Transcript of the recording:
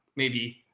maybe,